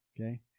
Okay